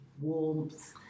warmth